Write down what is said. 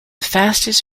fastest